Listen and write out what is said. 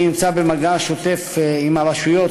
אני נמצא במגע שוטף עם הרשויות,